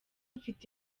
mfite